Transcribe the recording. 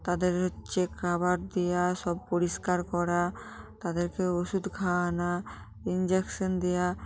তাদের হচ্ছে খাবার দেওয়া সব পরিষ্কার করা তাদেরকে ওষুদ খাওয়ান ইঞ্জেকশন দেওয়া